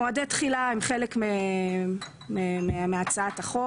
מועדי תחילה הם חלק מהצעת החוק,